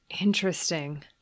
Interesting